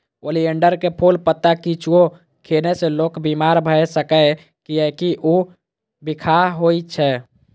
oleander के फूल, पत्ता किछुओ खेने से लोक बीमार भए सकैए, कियैकि ऊ बिखाह होइ छै